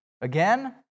again